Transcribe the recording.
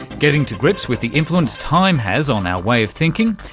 getting to grips with the influence time has on our way of thinking,